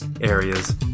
areas